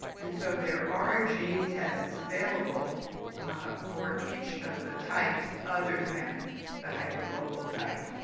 and so, there are gene tests available ah for each of the types, other than the hypermobile type.